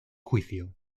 juicio